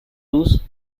lose